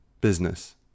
business